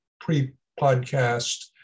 pre-podcast